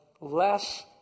less